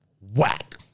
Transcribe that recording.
Whack